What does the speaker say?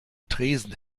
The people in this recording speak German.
tresen